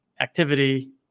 activity